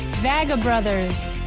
vago bros.